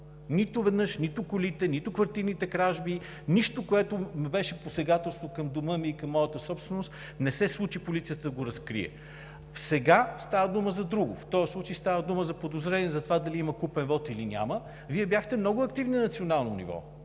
направил – нито колите, нито квартирните кражби, посегателството към дома ми и към моята собственост, полицията не успя да разкрие нищо. Сега става дума за друго. В този случай става дума за подозрение за това дали има купен вот, или няма. Вие бяхте много активни на национално ниво